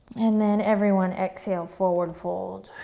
and then everyone exhale, forward fold.